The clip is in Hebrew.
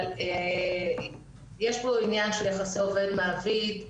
אבל יש פה עניין של יחסי עובד מעביד.